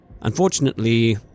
Unfortunately